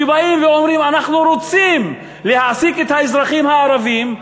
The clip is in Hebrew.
כשבאים ואומרים: אנחנו רוצים להעסיק את האזרחים הערבים,